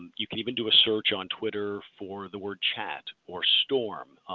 you can even do a search on twitter for the word chat or storm,